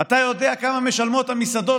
אתה יודע כמה שכר דירה משלמות המסעדות?